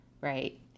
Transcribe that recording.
right